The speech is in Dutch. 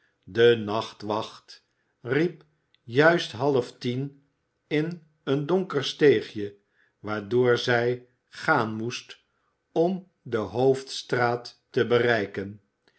de nachtwacht riep juist half tien in een donker steegje waardoor zij gaan moest om de hoofdstraat te bereiken